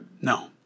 no